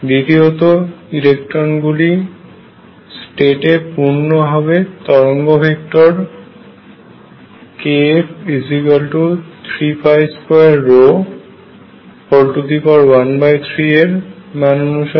দ্বিতীয়ত ইলেকট্রনগুলি স্টেট এ পূর্ণ হবে তরঙ্গ ভেক্টর kF3213 এর মান অনুসারে